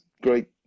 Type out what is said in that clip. great